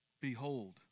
behold